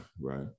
right